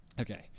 Okay